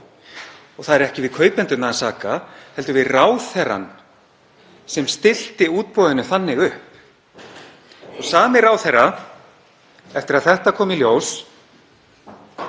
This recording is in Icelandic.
Það er ekki við kaupendurna að sakast heldur við ráðherra sem stillti útboðinu þannig upp. Sami ráðherra, eftir að þetta kom í ljós,